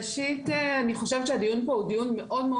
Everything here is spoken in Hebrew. אני חושבת שהדיון פה הוא דיון מאוד מאוד